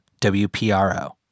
WPRO